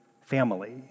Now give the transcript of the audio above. family